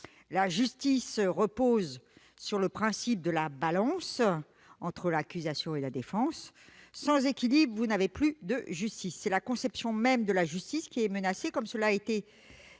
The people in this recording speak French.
La justice repose sur le principe de la balance entre l'accusation et la défense. Sans équilibre, vous n'avez plus de justice. C'est la conception même de cette dernière qui est menacée, comme cela a déjà été